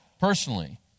personally